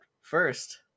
first